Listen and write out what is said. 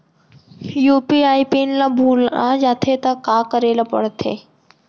UPI PIN ल भुला जाथे त का करे ल पढ़थे?